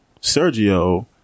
Sergio